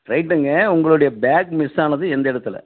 ரைட்டுங்க உங்களுடைய bag miss ஆனது எந்த இடத்துல